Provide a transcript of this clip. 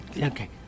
okay